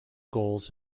goals